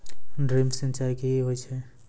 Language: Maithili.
ड्रिप सिंचाई कि होय छै?